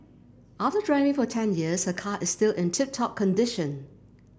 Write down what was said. after driving for ten years her car is still in tip top condition